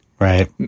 Right